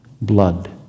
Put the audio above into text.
blood